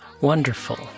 wonderful